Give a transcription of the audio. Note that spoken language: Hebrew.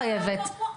אני רוצה להיות פה,